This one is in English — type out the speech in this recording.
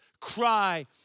cry